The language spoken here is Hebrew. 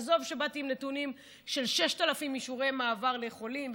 עזוב שבאתי עם נתונים על 6,000 אישורי מעבר לחולים,